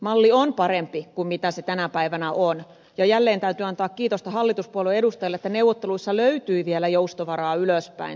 malli on parempi kuin se tänä päivänä on ja jälleen täytyy antaa kiitosta hallituspuolueiden edustajille että neuvotteluissa löytyi vielä joustovaraa siitä ylöspäin